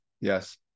yes